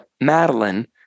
Madeline